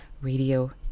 radio